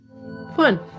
Fun